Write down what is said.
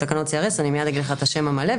ותקנות CRS. אני מייד אגיד לך את השם המלא.